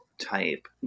type